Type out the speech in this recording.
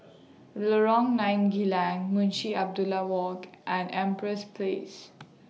Lorong nine Geylang Munshi Abdullah Walk and Empress Place